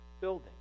building